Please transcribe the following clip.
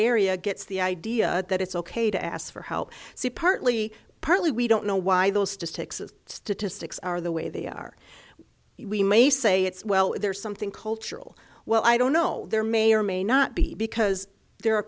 area gets the idea that it's ok to ask for help so partly partly we don't know why those statistics and statistics are the way they are we may say it's well there's something cultural well i don't know there may or may not be because there are